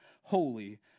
holy